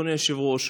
אדוני היושב-ראש,